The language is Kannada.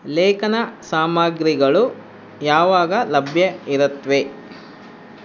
ಲೇಖನ ಸಾಮಗ್ರಿಗಳು ಯಾವಾಗ ಲಭ್ಯ ಇರುತ್ವೆ